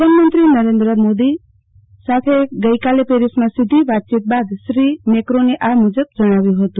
પ્રધાનમંત્રી નરેન્દ્ર મોદી સાથે ગઇકાલે પેરિસમાં સીધી વાતચીત બાદ શ્રી મેક્રોને આ મૂજબ જણાવ્યું હતું